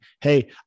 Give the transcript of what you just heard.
Hey